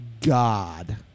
God